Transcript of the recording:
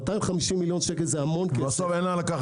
250 מיליון שקל זה המון כסף,